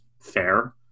Fair